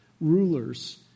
rulers